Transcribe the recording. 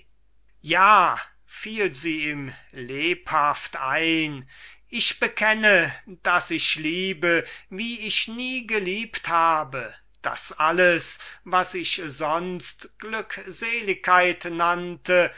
ja fiel sie ihm lebhaft ein ich bekenne daß ich liebe wie ich nie geliebt habe daß alles was ich sonst glückseligkeit nannte